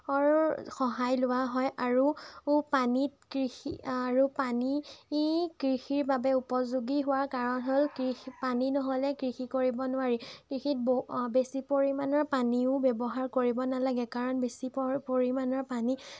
অৰ সহায় লোৱা হয় আৰু পানীত কৃষি আৰু পানী কৃষিৰ বাবে উপযোগী হোৱাৰ কাৰণ হ'ল কৃ পানী নহ'লে কৃষি কৰিব নোৱাৰি কৃষিত বহু আ বেছি পৰিমাণৰ পানীও ব্যৱহাৰ কৰিব নালাগে কাৰণ বেছি প পৰিমাণৰ পানী